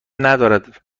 ندارد